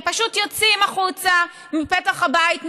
הם פשוט יוצאים החוצה מפתח הבית,